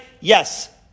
yes